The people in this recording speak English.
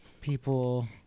people